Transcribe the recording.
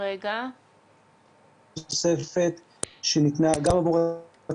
--- זו פעימה נוספת שניתנה גם עבור עצמאיים